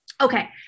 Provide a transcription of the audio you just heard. Okay